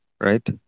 right